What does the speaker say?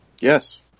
yes